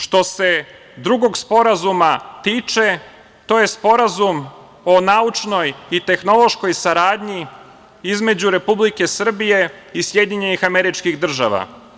Što se drugog sporazuma tiče to je Sporazum o naučnoj i tehnološkoj saradnji između Republike Srbije i SAD.